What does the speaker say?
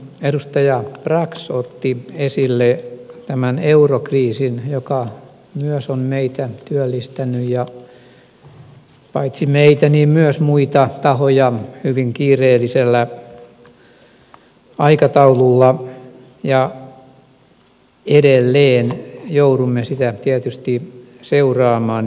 edustaja brax otti esille tämän eurokriisin joka myös on meitä työllistänyt ja paitsi meitä myös muita tahoja hyvin kiireellisellä aikatau lulla ja edelleen joudumme sitä tietysti seuraamaan